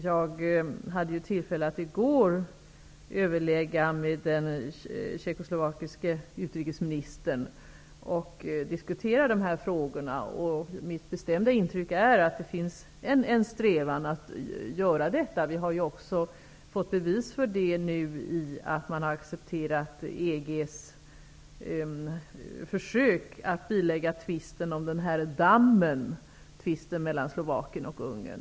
Jag hade tillfälle att i går överlägga med den tjeckoslovakiske utrikesministern och diskutera dessa frågor. Det är mitt bestämda intryck att det finns en strävan att göra detta. Vi har även fått bevis för det genom att man har accepterat EG:s försök att bilägga tvisten om den här dammen mellan Slovakien och Ungern.